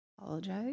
apologize